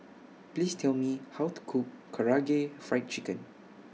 Please Tell Me How to Cook Karaage Fried Chicken